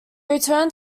returned